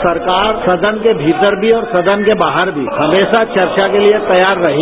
सरकार सदन के भीतर भी और सदन के बाहर भी हमेशा चर्चा के लिए तैयार रही है